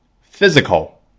physical